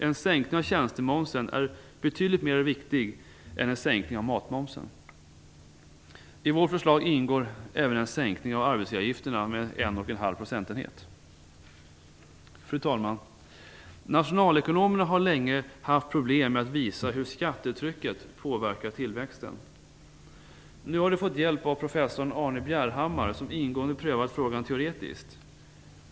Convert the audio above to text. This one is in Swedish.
En säkning av tjänstemomsen är betydligt viktigare än en sänkning av matmomsen. I vårt förslag ingår även en sänkning av arbetsgivaravgifterna med 1,5 procentenhet. Fru talman! Nationalekonomerna har länge haft problem med att visa hur skattetrycket påverkar tillväxten. Nu har de fått hjälp av professor Arne Bjerhammar, som ingående prövat frågan teoretiskt.